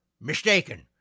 mistaken